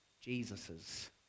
jesus's